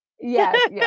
Yes